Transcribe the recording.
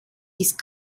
ist